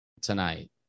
tonight